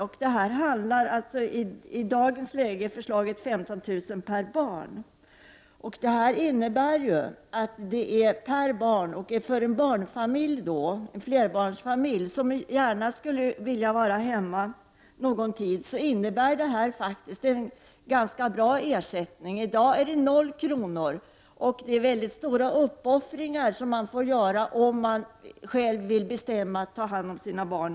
Förslaget är alltså i dagens läge 15 000 kr. per barn. För en flerbarnsfamilj som gärna skulle vilja vara hemma någon tid innebär det en ganska bra ersättning. I dag är ersättningen 0 kr., och man får göra stora uppoffringar om man väljer att själv ta hand om sina barn.